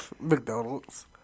McDonald's